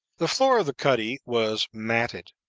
the floor of the cuddy was matted.